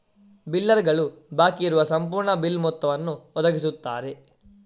ಬಿಲ್ಲರುಗಳು ಬಾಕಿ ಇರುವ ಸಂಪೂರ್ಣ ಬಿಲ್ ಮೊತ್ತವನ್ನು ಒದಗಿಸುತ್ತಾರೆ